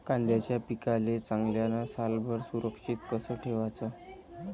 कांद्याच्या पिकाले चांगल्यानं सालभर सुरक्षित कस ठेवाचं?